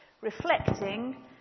reflecting